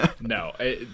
No